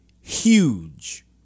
huge